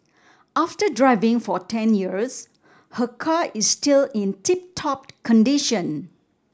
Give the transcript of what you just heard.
after driving for ten years her car is still in tip top condition